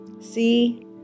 See